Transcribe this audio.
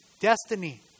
destiny